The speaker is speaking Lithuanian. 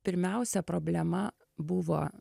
pirmiausia problema buvo